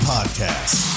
Podcast